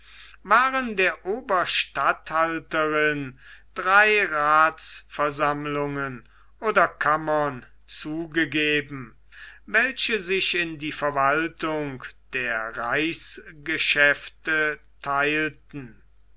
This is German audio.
waren der oberstatthalterin drei rathsversammlungen oder kammern zugegeben welche sich in die verwaltung der reichsgeschäfte theilten